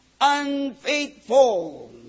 unfaithful